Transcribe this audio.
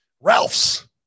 Ralph's